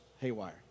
haywire